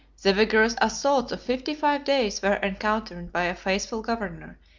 the vigorous assaults of fifty-five days were encountered by a faithful governor,